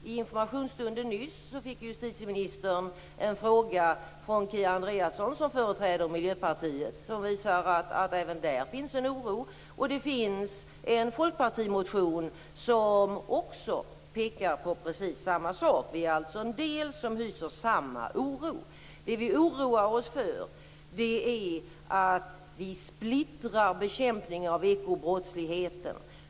I informationsstunden nyss fick justitieministern en fråga från Kia Andreasson, som företräder Miljöpartiet, som visar att även där finns en oro. Det finns en folkpartimotion där man också pekar på precis samma sak. Vi är alltså en del som hyser samma oro. Det vi oroar oss för är att vi splittrar bekämpningen av ekobrottsligheten.